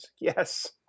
Yes